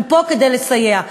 אנחנו פה כדי לסייע.